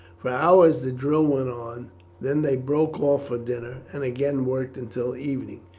for hours the drill went on then they broke off for dinner and again worked until evening,